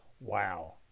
wow